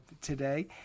today